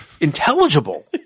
intelligible